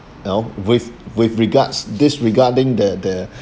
you know with with regards disregarding the the